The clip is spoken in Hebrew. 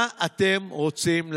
מה אתם רוצים להשיג?